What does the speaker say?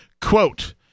quote